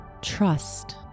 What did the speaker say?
Trust